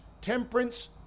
temperance